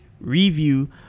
review